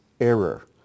error